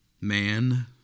man